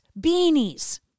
beanies